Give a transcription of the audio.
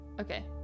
Okay